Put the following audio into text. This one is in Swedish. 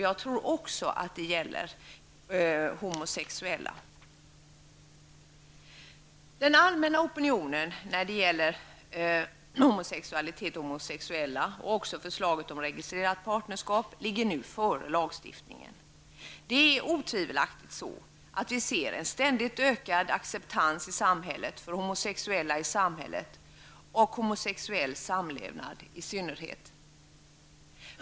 Jag tror också att det gäller homosexuella. Den allmänna opinionens inställning till homosexualitet och homosexuella, liksom till förslaget om registrerat partnerskap har nått längre än lagstiftningen. Vi ser otvivelaktigt en ständigt ökad acceptans i samhället för homosexuella i allmänhet och homosexuell samlevnad i synnerhet.